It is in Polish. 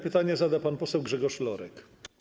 Pytanie zada pan poseł Grzegorz Lorek.